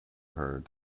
heard